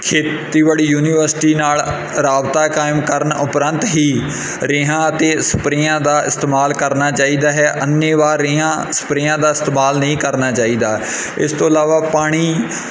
ਖੇਤੀਬਾੜੀ ਯੂਨੀਵਰਸਿਟੀ ਨਾਲ ਰਾਬਤਾ ਕਾਇਮ ਕਰਨ ਉਪਰੰਤ ਹੀ ਰੇਹਾਂ ਅਤੇ ਸਪਰੇਆਂ ਦਾ ਇਸਤੇਮਾਲ ਕਰਨਾ ਚਾਹੀਦਾ ਹੈ ਅੰਨੇਵਾਹ ਰੇਹਾਂ ਸਪਰੇਆਂ ਦਾ ਇਸਤੇਮਾਲ ਨਹੀਂ ਕਰਨਾ ਚਾਹੀਦਾ ਇਸ ਤੋਂ ਇਲਾਵਾ ਪਾਣੀ